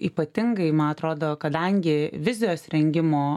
ypatingai ma atrodo kadangi vizijos rengimo